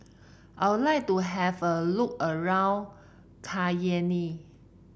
I would like to have a look around Cayenne